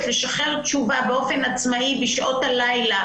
לשחרר תשובה באופן עצמאי בשעות הלילה,